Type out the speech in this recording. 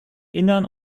innern